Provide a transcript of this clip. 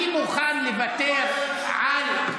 אני מוכן לוותר על,